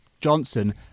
Johnson